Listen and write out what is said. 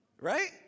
right